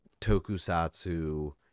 tokusatsu